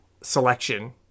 selection